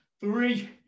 three